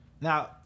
Now